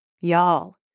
Y'all